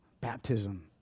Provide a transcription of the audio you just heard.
Baptism